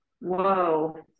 whoa